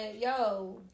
yo